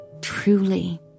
Truly